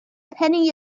penny